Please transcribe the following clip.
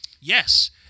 Yes